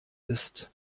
ist